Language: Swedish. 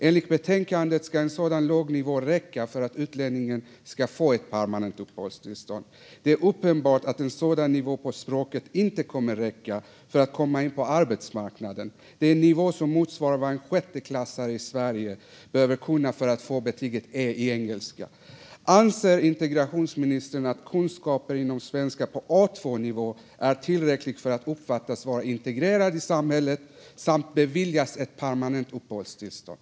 Enligt betänkandet ska en sådan låg nivå räcka för att utlänningen ska få ett permanent uppehållstillstånd. Det är uppenbart att en sådan nivå på språket inte kommer att räcka för att komma in på arbetsmarknaden. Det är en nivå som motsvarar vad en sjätteklassare i Sverige behöver kunna för att få betyget E i engelska. Anser integrationsministern att kunskaper i svenska på A2-nivå är tillräckligt för att en person ska uppfattas vara integrerad i samhället samt beviljas ett permanent uppehållstillstånd?